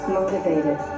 motivated